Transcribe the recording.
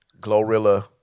Glorilla